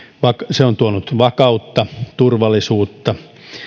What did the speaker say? se on tuonut vakautta turvallisuutta